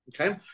Okay